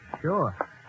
sure